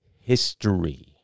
History